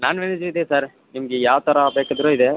ನಾನ್ veg ಇದೆ sir ನಿಮಗೆ ಯಾವ ಥರ ಬೇಕಿದ್ದರೂ ಇದೆ